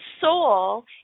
soul